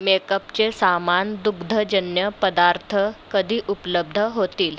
मेकअपचे सामान दुग्धजन्य पदार्थ कधी उपलब्ध होतील